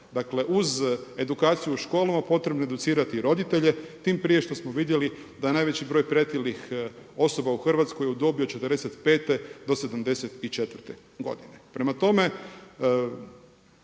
Dakle uz edukaciju u školama, potrebno je educirati i roditelje tim prije što smo vidjeli da je najveći broj pretilih osoba u Hrvatskoj u dobi od 45-te do 74 godine. Prema tome